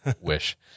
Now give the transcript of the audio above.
wish